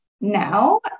now